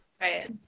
right